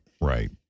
Right